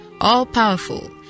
all-powerful